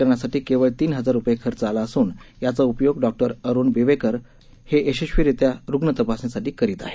करण्यासाठी केवळ तीन हजार रुपये खर्च आला असून याचा उपयोग डॉ बिबेकर हे यशस्वीरित्या रुग्ण तपासणीसाठी करीत आहेत